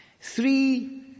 three